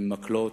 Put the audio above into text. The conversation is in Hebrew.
עם מקלות,